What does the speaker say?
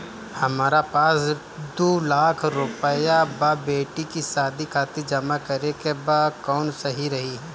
हमरा पास दू लाख रुपया बा बेटी के शादी खातिर जमा करे के बा कवन सही रही?